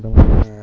ரொம்ப